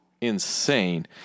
insane